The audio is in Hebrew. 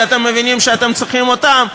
כי אתם מבינים שאתם צריכים אותם,